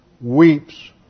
weeps